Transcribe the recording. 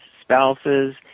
spouses